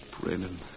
Brennan